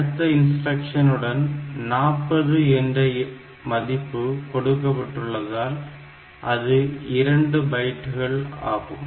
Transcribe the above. அடுத்த இன்ஸ்டிரக்ஷனுடன் 40 என்ற மதிப்பு கொடுக்கப்பட்டுள்ளதால் அது 2 பைட்ஸ் ஆகும்